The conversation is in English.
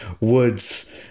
woods